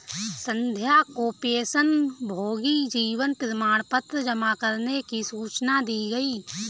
संध्या को पेंशनभोगी जीवन प्रमाण पत्र जमा करने की सूचना दी गई